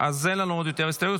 אז אין לנו עוד יותר הסתייגויות.